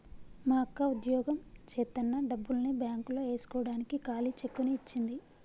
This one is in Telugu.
మా అక్క వుద్యోగం జేత్తన్న డబ్బుల్ని బ్యేంకులో యేస్కోడానికి ఖాళీ చెక్కుని ఇచ్చింది